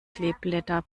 kleeblätter